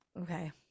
Okay